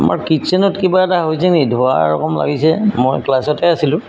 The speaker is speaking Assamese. আমাৰ কিটচেনত কিবা এটা হৈছে নি ধোঁৱা ৰকম লাগিছে মই ক্লাছতে আছিলোঁ